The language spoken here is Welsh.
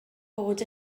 bod